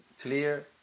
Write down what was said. clear